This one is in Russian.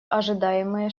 ожидаемые